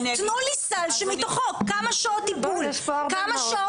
תנו לי סל שמתוכו כמה שעות טיפול, כמה שעות